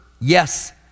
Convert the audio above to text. yes